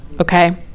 okay